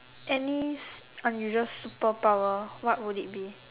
any unusual superpower what would it be